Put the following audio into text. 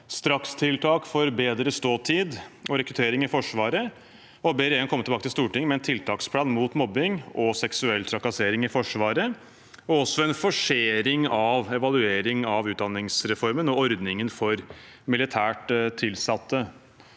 strakstiltak for bedre ståtid og rekruttering i Forsvaret, og vi ber regjeringen komme tilbake til Stortinget med en tiltaksplan mot mobbing og seksuell trakassering i Forsvaret og også med en forsering av evaluering av utdanningsreformen og ordningen for militært tilsatte.